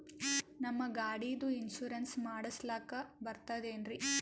ನಮ್ಮ ಗಾಡಿದು ಇನ್ಸೂರೆನ್ಸ್ ಮಾಡಸ್ಲಾಕ ಬರ್ತದೇನ್ರಿ?